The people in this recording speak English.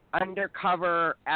undercover